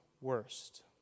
worst